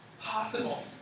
possible